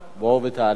בוא ותעלה בבקשה.